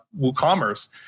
WooCommerce